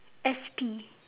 S_P